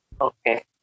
Okay